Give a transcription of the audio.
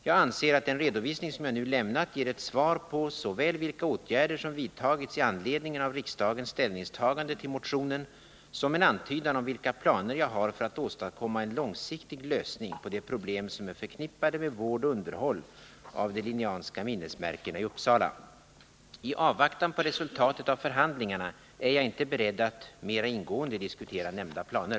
Jag anser att den redovisning som jag nu lämnat ger ett svar på såväl vilka åtgärder som vidtagits i anledning av riksdagens ställningstagande till motionen 1977/78:1530 som en antydan om vilka planer jag har för att åstadkomma en långsiktig lösning på de problem som är förknippade med vård och underhåll av de Linnéanska minnesmärkena i Uppsala. I avvaktan på resultatet av förhandlingarna är jag inte beredd att mera ingående diskutera nämnda planer.